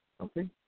Okay